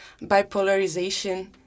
bipolarization